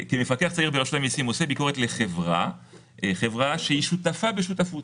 ברשות המיסים עושה ביקורת לחברה שהיא שותפה בשותפות.